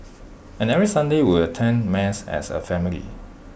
and every Sunday we would attend mass as A family